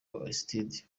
aristide